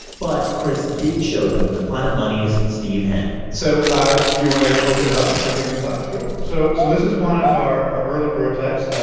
but chris did show them to planet money's steve henn so do ah you want to open it up and show me the inside? sure. so so this is one of our early prototypes,